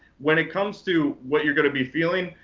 when it comes to what you're going to be feeling,